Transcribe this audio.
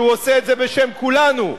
והוא עושה את זה בשם כולנו,